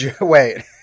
Wait